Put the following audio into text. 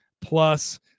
plus